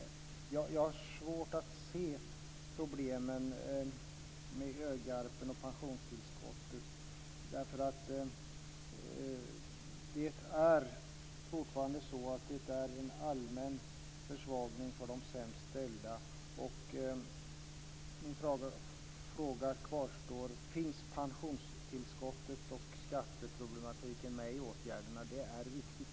Jag har svårt att se problemen med ÖGARP:en och pensionstillskottet. Fortfarande är det ju en allmän försvagning för de sämst ställda. Min fråga kvarstår: Finns pensionstillskottet och skatteproblematiken med i åtgärderna? Detta är viktigt.